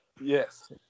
Yes